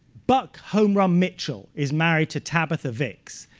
buck home run mitchell is married to tabitha vixx.